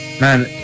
man